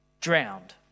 drowned